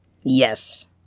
Yes